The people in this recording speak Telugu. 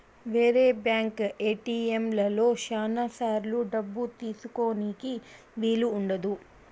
వేరే బ్యాంక్ ఏటిఎంలలో శ్యానా సార్లు డబ్బు తీసుకోనీకి వీలు ఉండదు